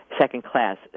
second-class